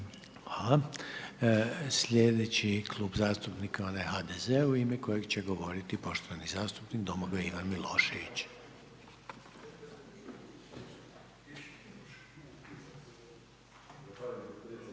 Hvala. Slijedeći klub zastupnika onaj HDZ-a u ime kojeg će govoriti poštovani zastupnik Domagoj Ivan Milošević.